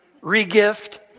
re-gift